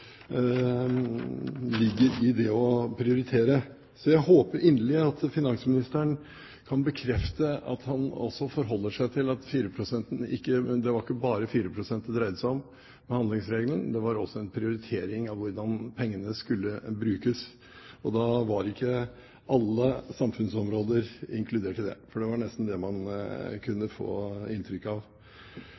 ligger i det å prioritere. Jeg håper inderlig at finansministeren kan bekrefte at han også forholder seg til at det ikke bare var fireprosenten det dreide seg om med handlingsregelen, det var også en prioritering av hvordan pengene skulle brukes. Da var ikke alle samfunnsområder inkludert, for det var nesten det man kunne få inntrykk av.